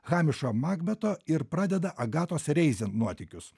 hamišo makbeto ir pradeda agatos reisen nuotykius